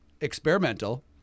experimental